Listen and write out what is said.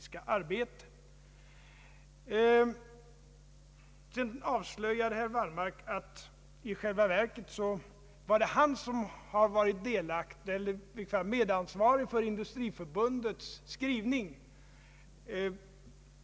Sedan avslöjade herr Wallmark att det i själva verket är han som varit medansvarig för Industriförbundets skrivning.